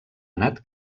anat